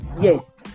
yes